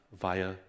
via